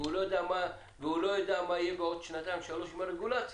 והוא לא יודע מה יהיה בעוד שנתיים-שלוש עם הרגולציה.